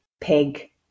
pig